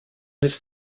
ist